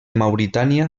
mauritània